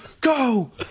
go